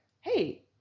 hey